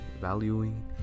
valuing